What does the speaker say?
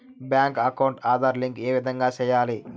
Bank account Aadhaar link ఏ విధంగా సెయ్యాలి?